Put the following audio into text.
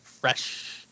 fresh